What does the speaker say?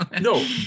No